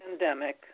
Pandemic